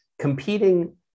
competing